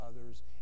others